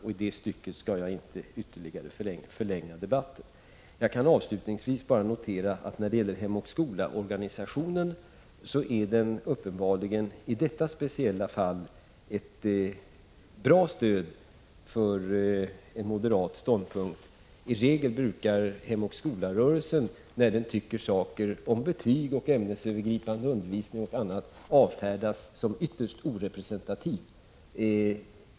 I detta stycke skall jag inte ytterligare förlänga debatten. Jag kan avslutningsvis bara notera att Hem och skola-organisationen i detta speciella fall uppenbarligen är ett bra stöd för en moderat ståndpunkt. I regel brukar Hem och skola-rörelsen när den tycker något om betyg och ämnesövergripande undervisning m.m. avfärdas som ytterst orepresentativ.